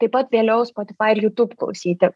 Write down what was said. taip pat vėliau spotifai ir jutub klausyti